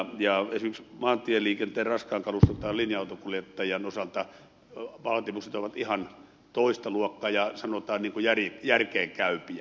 esimerkiksi maantieliikenteen raskaan kaluston tai linja auton kuljettajien osalta vaatimukset ovat ihan toista luokkaa ja sanotaan järkeenkäypiä